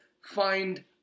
find